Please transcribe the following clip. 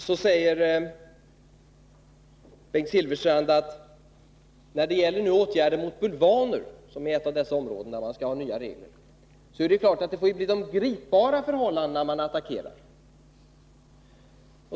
Sedan säger Bengt Silfverstrand när det gäller åtgärder mot bulvaner, som är ett av de områden där man skall ha nya regler, att det är klart att det får bli de gripbara förhållandena man attackerar.